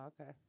okay